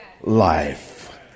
life